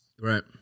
right